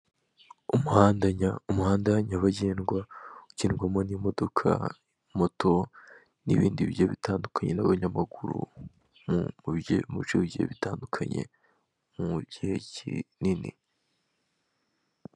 Umuhanda wa nyabagendwa ukinirwamo n'imodoka moto n'ibindi bigiye bitandukanye n'abanyamakuru mu bice bitandukanye mu gihe kinini.